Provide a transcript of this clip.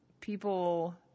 people